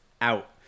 out